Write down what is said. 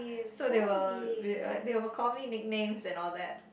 so they will uh they will call me nicknames and all that